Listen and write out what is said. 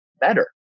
better